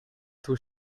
too